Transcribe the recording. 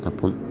അപ്പം